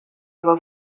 efo